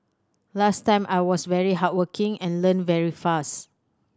last time I was very hardworking and learnt very fast